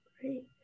Great